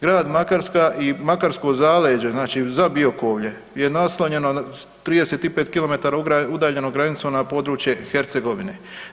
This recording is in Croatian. Grad Makarska i makarsko zaleđe znači Zabiokovlje je naslonjeno na 35 km udaljenu granicu na područje Hercegovine.